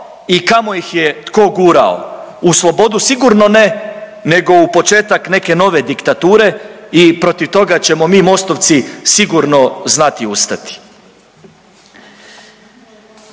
i kamo ih je tko gurao. U slobodu sigurno ne, nego u početak neke nove diktature i protiv toga ćemo mi MOST-ovci sigurno znati ustati.